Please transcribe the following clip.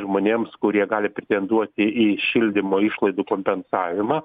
žmonėms kurie gali pretenduoti į šildymo išlaidų kompensavimą